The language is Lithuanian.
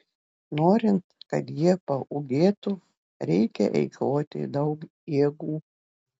norint kad jie paūgėtų reikia eikvoti daug jėgų